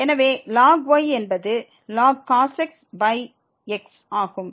எனவே log y என்பது ln cos x x ஆகும்